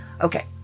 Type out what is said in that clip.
Okay